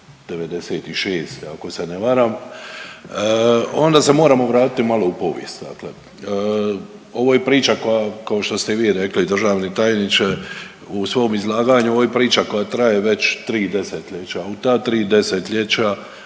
'96. ako se ne varam, onda se moramo vratiti malo u povijest. Dakle ovo je priča koja, kao što ste i vi rekli državni tajniče u svom izlaganju, ovo je priča koja traje već tri desetljeća, u ta tri desetljeća